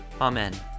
Amen